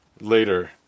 later